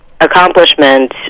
accomplishment